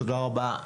תודה רבה.